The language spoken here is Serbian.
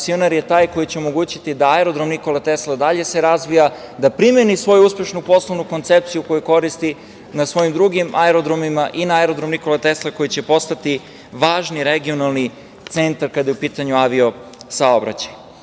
koncesionar je taj koji će omogućiti da se aerodrom „Nikola Tesla“ i dalje razvija, da primeni svoju uspešnu poslovnu koncepciju koju koristi na svojim drugim aerodromima, i na aerodrom „Nikola Tesla“ koji će postati važni regionalni centar kada je u pitanju avio-saobraćaj. Inače,